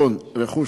רכוש,